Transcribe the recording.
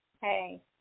Hey